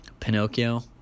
Pinocchio